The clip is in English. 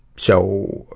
so,